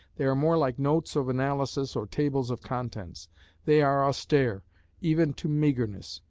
they are more like notes of analysis or tables of contents they are austere even to meagreness.